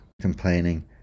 complaining